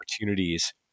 opportunities